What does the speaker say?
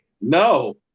No